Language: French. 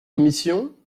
commission